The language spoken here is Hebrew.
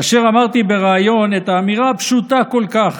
כאשר אמרתי בריאיון את האמירה הפשוטה כל כך,